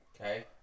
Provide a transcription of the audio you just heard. Okay